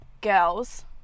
girls